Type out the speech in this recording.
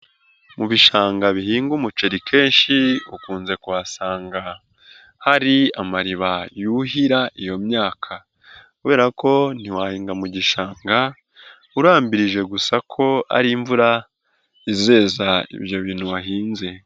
Mu bishanga bihinga umuceri kenshi ukunze kuhasanga hari amariba yuhira iyo myaka kubera ko ntiwahinga mu gishanga, urambirije gusa ko ari imvura izeza ibyo bintu wahinze.